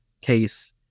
case